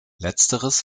letzteres